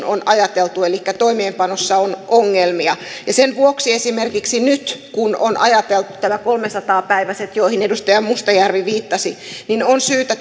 on ajateltu elikkä toimeenpanossa on ongelmia ja sen vuoksi esimerkiksi nyt kun on ajateltu näitä kolmesataa päiväisiä joihin edustaja mustajärvi viittasi on syytä